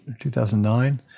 2009